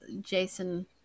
Jason